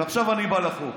ועכשיו אני בא לחוק.